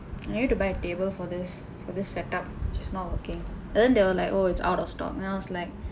I need to buy a table for this for this set up it's not working and they were like oh it's out of stock then I was like